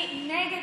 לא,